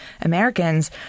Americans